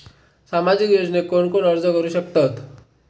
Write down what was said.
सामाजिक योजनेक कोण कोण अर्ज करू शकतत?